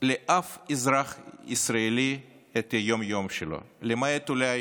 לאף אזרח ישראלי את היום-יום שלו, אולי